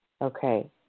okay